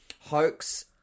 hoax